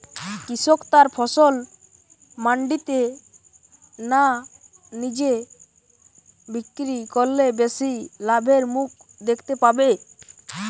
কৃষক তার ফসল মান্ডিতে না নিজে বিক্রি করলে বেশি লাভের মুখ দেখতে পাবে?